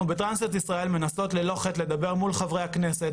אנחנו בטרנסיות ישראל מנסות ללא חת לדבר מול חברי הכנסת,